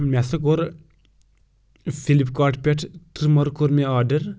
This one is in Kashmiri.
مےٚ ہسا کوٚر فِلِپ کاٹ پٮ۪ٹھ ٹرِمَر کوٚر مےٚ آرڈر